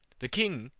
the king,